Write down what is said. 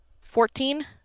Fourteen